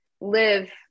live